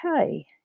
okay